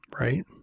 right